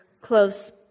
close